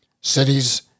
cities